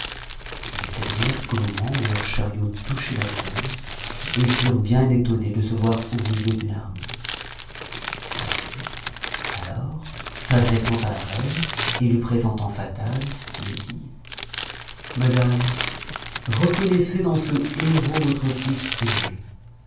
ils ne s'éveillèrent qu'au moment où leurs chariots touchaient la terre et furent bien étonnés de se voir au milieu d'une armée la fée alors s'adressant à la reine et lui présentant fatal lui dit madame reconnaissez dans ce héros votre fils aîné